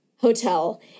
Hotel